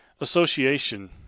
Association